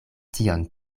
tion